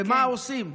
ומה עושים?